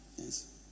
Yes